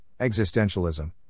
existentialism